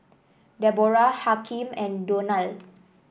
Deborrah Hakim and Donal